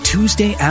Tuesday